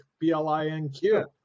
B-L-I-N-Q